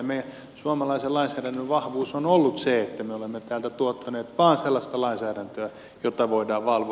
meidän suomalaisen lainsäädäntömme vahvuus on ollut se että me olemme täältä tuottaneet vaan sellaista lainsäädäntöä jota voidaan valvoa